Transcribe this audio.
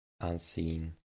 unseen